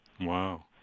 Wow